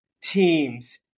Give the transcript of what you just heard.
teams